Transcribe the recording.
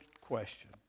question